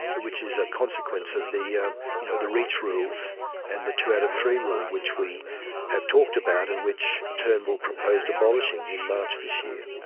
which is a consequence of the um you know the reach rules and the two out of three rule which we have talked about and which turnbull proposed abolishing in march this year.